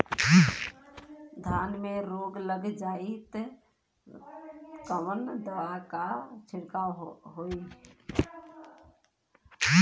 धान में रोग लग जाईत कवन दवा क छिड़काव होई?